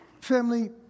Family